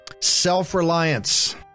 self-reliance